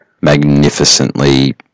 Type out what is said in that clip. magnificently